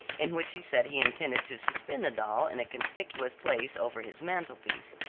in which he said he intended to suspend the doll in a conspicuous place over his mantelpiece.